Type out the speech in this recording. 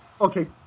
okay